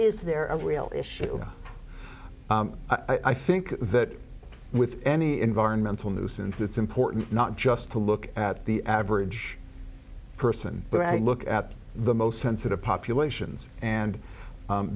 is there a real issue i think that with any environmental nuisance it's important not just to look at the average person but i look at the most sensitive populations and